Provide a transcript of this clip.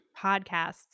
podcasts